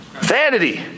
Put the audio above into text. Vanity